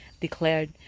declared